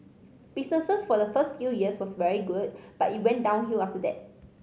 businesses for the first few years was very good but it went downhill after that